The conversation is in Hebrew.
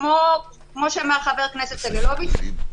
כמו שאמר ח"כ סגלוביץ',